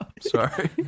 Sorry